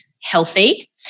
healthy